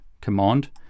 command